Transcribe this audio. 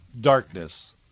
darkness